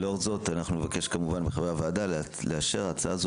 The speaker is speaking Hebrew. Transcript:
לאור זאת אנחנו נבקש כמובן מחברי הוועדה לאשר הצעה זו